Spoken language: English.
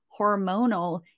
hormonal